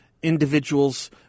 Individuals